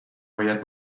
باید